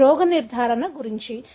అది రోగ నిర్ధారణ గురించి